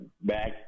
back